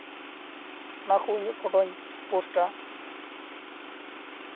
ᱚᱱᱟ ᱠᱚ ᱤᱧᱟᱹᱜ ᱯᱷᱚᱴᱳᱧ ᱯᱳᱥᱴᱟ